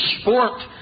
sport